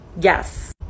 Yes